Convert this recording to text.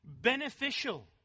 beneficial